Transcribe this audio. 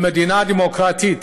במדינה דמוקרטית